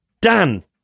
Dan